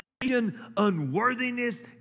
Unworthiness